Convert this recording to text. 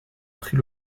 pris